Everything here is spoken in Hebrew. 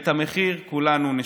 ואת המחיר כולנו נשלם.